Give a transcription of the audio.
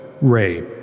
Ray